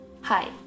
Hi